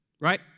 right